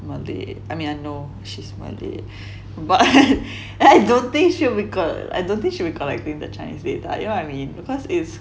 malay I mean I know she's malay but I I don't think she will be I don't think she will collecting the chinese with you know I mean because is